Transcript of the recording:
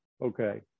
Okay